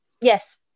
Yes